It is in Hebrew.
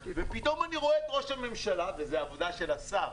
ופתאום אני רואה את ראש הממשלה וזאת עבודה של השר,